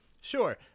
sure